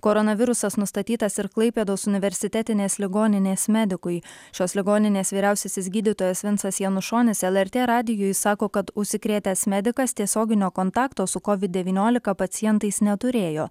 koronavirusas nustatytas ir klaipėdos universitetinės ligoninės medikui šios ligoninės vyriausiasis gydytojas vincas janušonis lrt radijui sako kad užsikrėtęs medikas tiesioginio kontakto su kovid devyniolika pacientais neturėjo